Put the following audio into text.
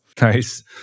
Nice